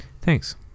Thanks